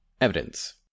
Evidence